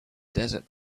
desert